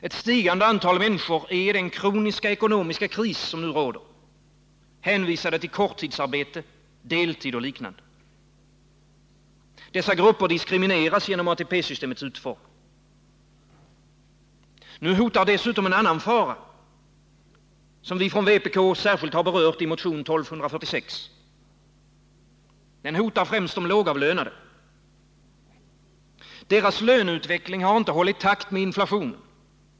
Ett stigande antal människor är i den kroniska ekonomiska kris som nu råder hänvisade till korttidsarbete, deltid och liknande. Dessa grupper diskrimineras genom ATP-systemets utformning. Nu hotar dessutom en annan fara, som vi från vpk särskilt berört i motion 1246. Faran hotar främst de lågavlönade. Deras löneutveckling har inte hållit takten med inflationen.